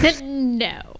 No